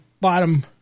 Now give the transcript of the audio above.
bottom